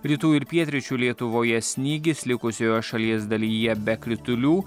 rytų ir pietryčių lietuvoje snygis likusioje šalies dalyje be kritulių